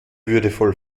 würdevoll